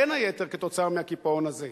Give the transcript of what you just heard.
בין היתר כתוצאה מהקיפאון הזה.